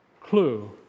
clue